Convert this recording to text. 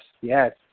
yes